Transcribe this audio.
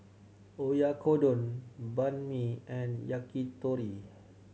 Oyakodon Banh Mi and Yakitori